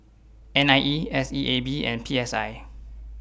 N I E S E A B and P S I